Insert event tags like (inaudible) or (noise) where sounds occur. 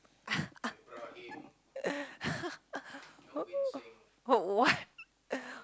(laughs) what